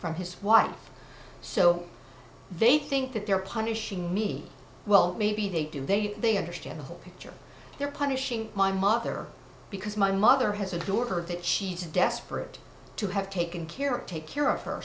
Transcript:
from his wife so they think that they're punishing me well maybe they do they they understand the whole picture they're punishing my mother because my mother has a daughter that she's desperate to have taken care of take care of her